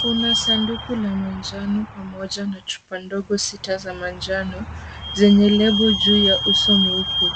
Kuna sanduku la manjano pamoja na chupa ndogo sita za manjano zenye lebo juu ya uso mweupe.